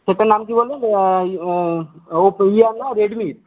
সেটটার নাম কি বললেন না রেডমি